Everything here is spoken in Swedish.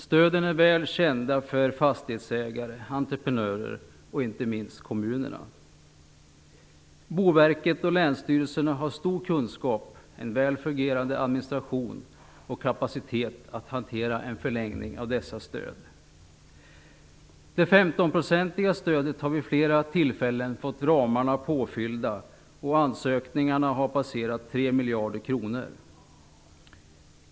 Stöden är väl kända för fastighetsägare, entreprenörer och inte minst kommunerna. Boverket och länsstyrelserna har stor kunskap, en väl fungerande administration och kapacitet att hantera en förlängning av dessa stöd. Det 15-procentiga stödet har vid flera tillfällen fått ramarna påfyllda, och ansökningarna har passerat 3 miljarder kronor.